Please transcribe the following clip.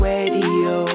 Radio